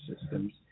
systems